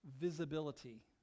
visibility